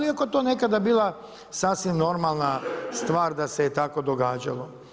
Iako je to nekada bila sasvim normalna stvar da se je tako događalo.